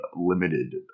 limited